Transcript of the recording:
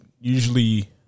Usually